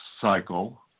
cycle